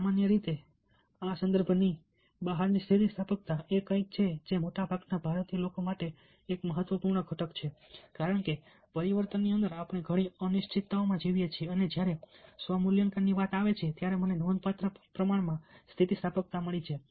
સામાન્ય રીતે જો કે આ સંદર્ભની બહારની સ્થિતિસ્થાપકતા એ કંઈક છે જે મોટાભાગના ભારતીય લોકો માટે એક મહત્વપૂર્ણ ઘટક છે કારણ કે પરિવર્તનની અંદર આપણે ઘણી અનિશ્ચિતતાઓમાં જીવીએ છીએ અને જ્યારે સ્વ મૂલ્યાંકનની વાત આવે છે ત્યારે મને નોંધપાત્ર પ્રમાણમાં સ્થિતિસ્થાપકતા મળી છે